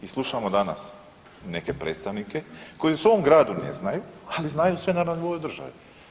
I slušamo danas neke predstavnike koji u svom gradu ne znaju, ali znaju sve na nivou države.